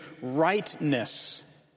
rightness